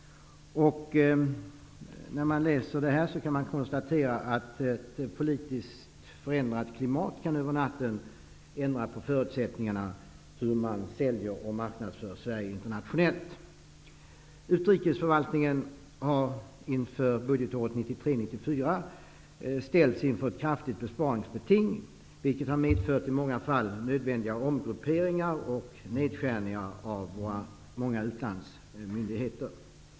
När man läser dessa kan man konstatera hur ett över natten politiskt förändrat klimat kan förändra förutsättningarna när det gäller att internationellt sälja och marknadsföra Sverige. Inför budgetåret 1993/94 har utrikesförvaltningen ställts inför ett kraftigt besparingsbeting, vilket i många fall har medfört nödvändiga omgrupperingar och nedskärningar av våra många utlandsmyndigheter.